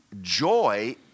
Joy